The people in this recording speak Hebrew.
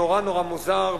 נורא נורא מוזר,